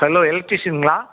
hello எலக்ட்ரீசியன்ங்ளா